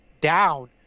down